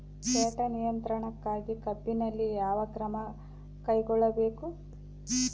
ಕೇಟ ನಿಯಂತ್ರಣಕ್ಕಾಗಿ ಕಬ್ಬಿನಲ್ಲಿ ಯಾವ ಕ್ರಮ ಕೈಗೊಳ್ಳಬೇಕು?